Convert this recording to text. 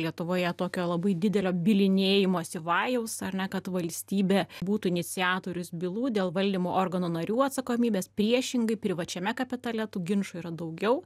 lietuvoje tokio labai didelio bylinėjimosi vajaus ar ne kad valstybė būtų iniciatorius bylų dėl valdymo organų narių atsakomybės priešingai privačiame kapitale tų ginčų yra daugiau